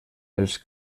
els